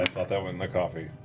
went in the coffee.